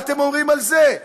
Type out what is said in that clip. מה אתם אומרים על זה?